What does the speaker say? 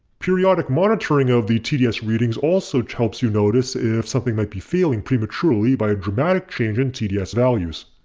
periodic monitoring of the tds readings also helps you notice if something might be failing prematurely by a dramatic change in tds values.